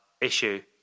issue